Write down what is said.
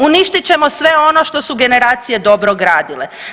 Uništit ćemo sve ono što su generacije dobro gradile.